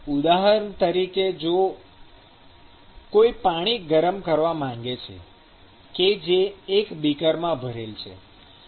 ઉદાહરણ તરીકે જો કોઈ પાણી ગરમ કરવા માંગે છે કે જે એક બીકરમાં ભરેલ છે